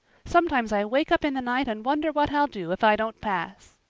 sometimes i wake up in the night and wonder what i'll do if i don't pass.